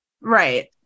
right